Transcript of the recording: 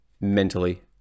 mentally